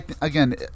again